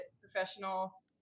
professional